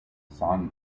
san